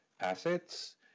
assets